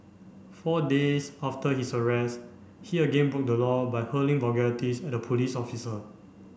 four days after his arrest he again broke the law by hurling vulgarities at a police officer